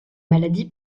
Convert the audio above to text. maladie